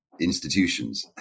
institutions